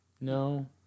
No